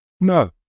No